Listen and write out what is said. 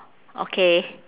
okay